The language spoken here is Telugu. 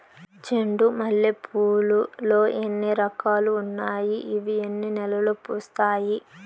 చెండు మల్లె పూలు లో ఎన్ని రకాలు ఉన్నాయి ఇవి ఎన్ని నెలలు పూస్తాయి